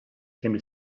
came